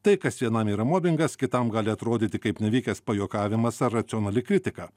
tai kas vienam yra mobingas kitam gali atrodyti kaip nevykęs pajuokavimas ar racionali kritika